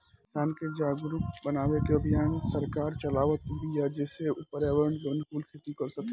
किसान के जागरुक बनावे के अभियान सरकार चलावत बिया जेसे उ पर्यावरण के अनुकूल खेती कर सकें